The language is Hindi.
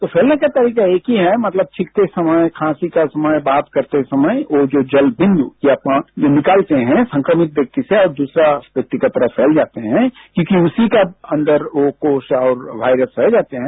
तो फैलने का तारीका एक ही है मतलब छीखते समय खांसी के समय बात करते समय ओ जो जल बिन्द जो लिकालते है संक्रमित व्यक्ति से और दुसरे व्यक्ति की तरफ फैल जाते हैं क्योंकि उसी का अंदर ओ कोस और वायरस पाये जाते हैं